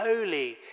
holy